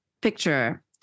picture